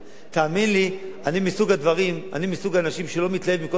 תאמין לי, אני מסוג האנשים שלא מתלהב מכל ועדה.